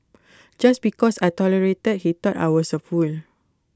just because I tolerated he thought I was A fool